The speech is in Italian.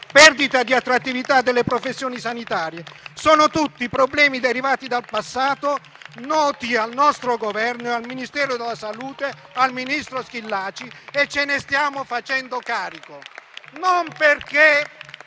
perdita di attrattività delle professioni sanitarie) sono tutte derivate dal passato, noti al nostro Governo e al Ministero della salute e al ministro Schillaci, di cui ci stiamo facendo carico non perché